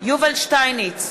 יובל שטייניץ,